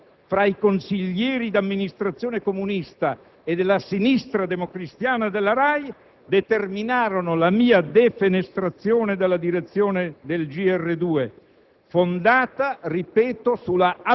e l'accordo consociativo fra i consiglieri di amministrazione comunista e della sinistra democristiana della RAI, che determinarono la mia defenestrazione dalla direzione del Gr2.